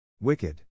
Wicked